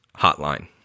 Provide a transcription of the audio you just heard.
hotline